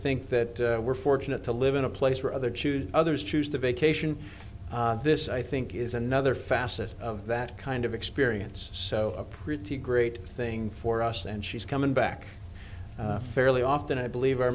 think that we're fortunate to live in a place where other choose others choose to vacation this i think is another facet of that kind of experience so a pretty great thing for us and she's coming back fairly often i believe our